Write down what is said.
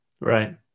Right